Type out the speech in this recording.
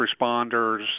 responders